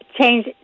change